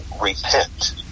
repent